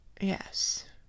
Yes